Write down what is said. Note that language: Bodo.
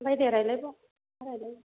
ओमफ्राय दे रायलायबाव मा रायलायो